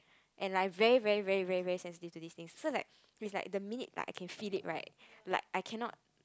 and like very very very very very sensitive to this thing so like is like the minute like I feel it right like I cannot